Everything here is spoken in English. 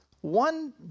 one